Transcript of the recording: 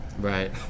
Right